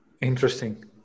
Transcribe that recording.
Interesting